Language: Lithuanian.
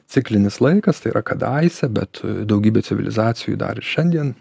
ciklinis laikas tai yra kadaise bet daugybė civilizacijų dar ir šiandien